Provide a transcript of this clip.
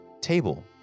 table